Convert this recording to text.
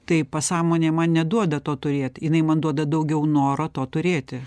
tai pasąmonė man neduoda to turėti jinai man duoda daugiau noro turėti